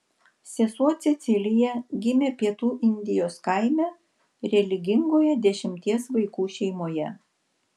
sesuo cecilija gimė pietų indijos kaime religingoje dešimties vaikų šeimoje